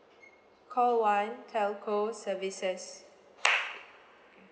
call one telco services